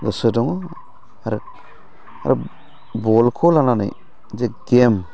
गोसो दङ आरो आरो बलखौ लानानै जे गेम